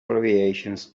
variations